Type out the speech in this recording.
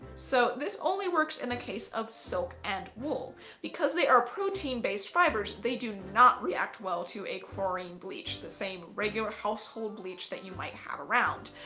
so this only works in the case of silk and wool because they are protein based fibres they do not react well to a chlorine bleach, the same regular household bleach that you might have around.